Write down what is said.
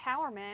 empowerment